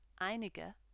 einige